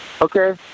Okay